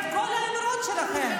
ולהוכיח את כל האמירות שלכם.